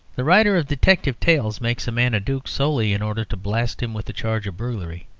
the writer of detective tales makes a man a duke solely in order to blast him with a charge of burglary.